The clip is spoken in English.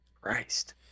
Christ